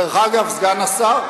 דרך אגב, סגן השר,